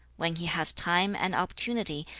when he has time and opportunity,